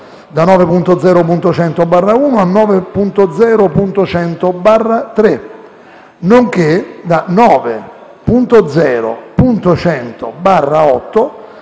da 9.0.100/1 a 9.0.100/3, nonché da 9.0.100/8